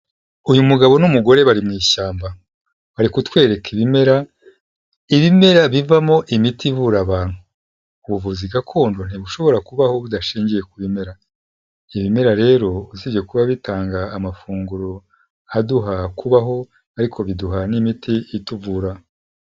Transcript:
Uyu mugabo n'umugore bari mu ishyamba, bari kutwereka ibimera, ibimera bivamo imiti ivura abantu, ubuvuzi gakondo ntibushobora kubaho budashingiye ku bimera, ibimera rero usibye kuba bitanga amafunguro aduha kubaho ariko biduha n'imiti ituvura.